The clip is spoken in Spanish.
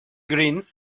green